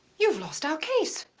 you've lost our case!